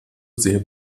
sehr